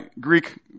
Greek